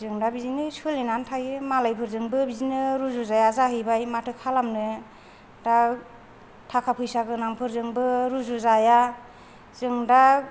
जों दा बिदिनो सोलिनानै थायो मालायफोरजोंबो बिदिनो रुजुजाया जाहैबाय माथो खालामनो दा थाखा फैसा गोनांफोरजोंबो रुजुजाया जों दा